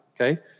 okay